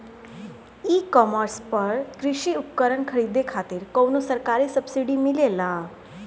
ई कॉमर्स पर कृषी उपकरण खरीदे खातिर कउनो सरकारी सब्सीडी मिलेला?